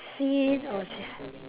scene or